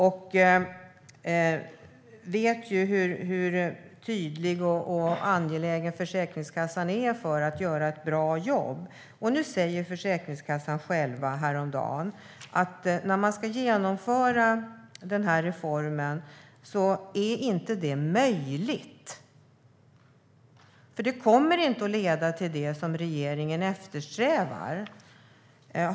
Han vet hur tydlig och hur angelägen Försäkringskassan är om att göra ett bra jobb. Nu sa Försäkringskassan själv häromdagen att det inte är möjligt att genomföra reformen, för den kommer inte att leda till det som regeringen eftersträvar.